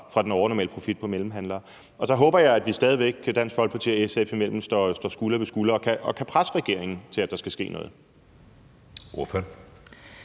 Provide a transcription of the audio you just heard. fra den overnormale profit fra mellemhandlere. Og så håber jeg, at vi stadig væk Dansk Folkeparti og SF imellem står skulder ved skulder, og at vi kan presse regeringen til, at der skal ske noget. Kl.